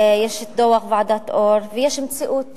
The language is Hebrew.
יש דוח ועדת-אור ויש מציאות